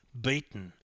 beaten